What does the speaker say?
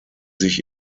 sich